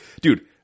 Dude